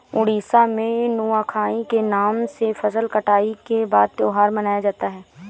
उड़ीसा में नुआखाई के नाम से फसल कटाई के बाद त्योहार मनाया जाता है